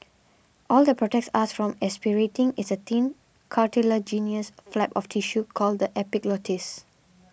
all that protects us from aspirating is a thin cartilaginous flap of tissue called the epiglottis